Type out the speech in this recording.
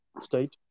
state